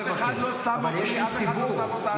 אף אחד לא שם אותי, אף אחד לא שם אותנו.